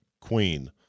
Queen